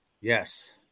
Yes